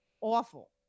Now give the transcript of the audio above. awful